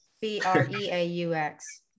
B-R-E-A-U-X